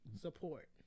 support